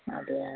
அப்படியா